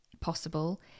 possible